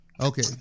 Okay